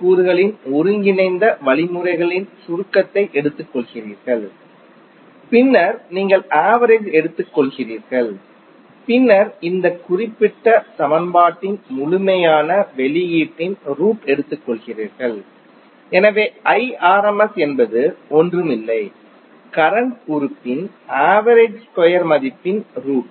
கூறுகளின் ஒருங்கிணைந்த வழிமுறைகளின் சுருக்கத்தை எடுத்துக்கொள்கிறீர்கள் பின்னர் நீங்கள் ஆவரேஜ் எடுத்துக்கொள்கிறீர்கள் பின்னர் இந்த குறிப்பிட்ட சமன்பாட்டின் முழுமையான வெளியீட்டின் ரூட் எடுத்துக்கொள்கிறீர்கள் எனவே என்பது ஒன்றுமில்லை கரண்ட் உறுப்பின் ஆவரேஜ் ஸ்கொயர் மதிப்பின் ரூட்